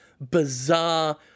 bizarre